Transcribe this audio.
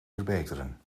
verbeteren